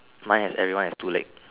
mine is everyone is two leg